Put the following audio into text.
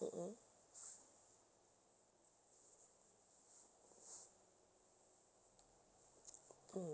mmhmm mmhmm